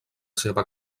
seva